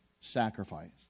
sacrifice